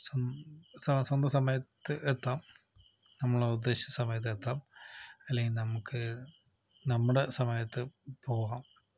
സ്വ സ്വന്തം സമയത്ത് എത്താം നമ്മൾ ഉദ്ദേശിച്ച സമയത്ത് എത്താം അല്ലെങ്കിൽ നമുക്ക് നമ്മുടെ സമയത്ത് പോകാം